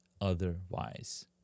otherwise